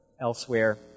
elsewhere